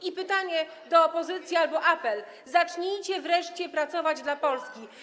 I pytanie do opozycji albo apel: zacznijcie wreszcie pracować dla Polski.